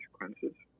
consequences